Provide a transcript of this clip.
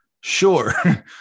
sure